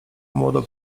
młodą